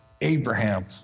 Abraham